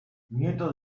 nieto